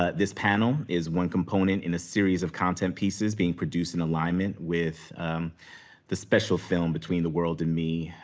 ah this panel is one component in a series of content pieces being produced in alignment with the special film, between the world and me,